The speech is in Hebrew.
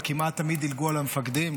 אבל כמעט תמיד דילגו על המפקדים,